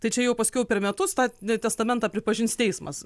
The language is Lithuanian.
tai čia jau paskiau per metus tą testamentą pripažins teismas